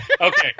okay